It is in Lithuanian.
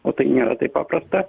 o tai nėra taip paprasta